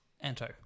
Anto